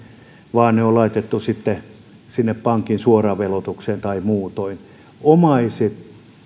vaan ne on laitettu sinne pankin suoraveloitukseen tai muutoin omaistenko